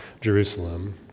Jerusalem